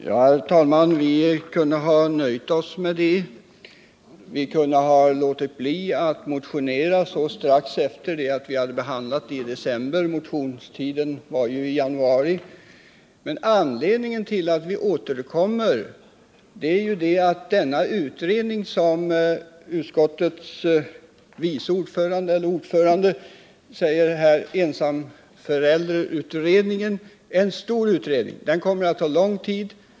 Herr talman! Vi kunde ha nöjt oss med det. Frågan behandlades i december och vi kunde ha låtit bli att motionera igen i januari. Men anledningen till att vi återkommer är ju att ensamförälderkommittén är en stor utredning som kommer att ta lång tid.